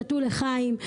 שתו לחיים,